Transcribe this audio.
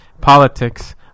politics